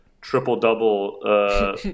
triple-double